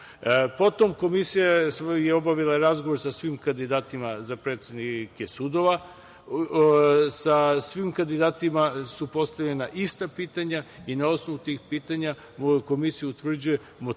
Potom je Komisija obavila razgovor sa svim kandidatima za predsednike sudova. Svim kandidatima su postavljena ista pitanja i na osnovu tih pitanja Komisija utvrđuje motivisanost